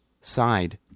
side